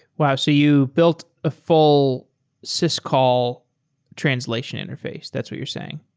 wow! so you built a full syscall translation interface. that's what you're saying.